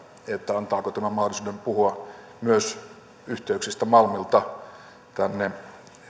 antaako tämä mahdollisuuden puhua myös yhteyksistä malmilta